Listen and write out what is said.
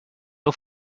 nur